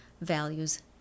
values